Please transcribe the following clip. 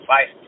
Bye